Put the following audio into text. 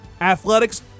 athletics